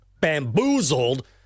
Bamboozled